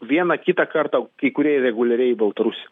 vieną kitą kartą kai kurie reguliariai į baltrusiją